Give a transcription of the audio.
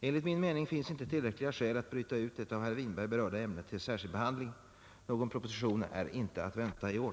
Enligt min mening finns inte tillräckliga skäl att bryta ut det av herr Winberg berörda ämnet till särskild behandling. Någon proposition är inte att vänta i år.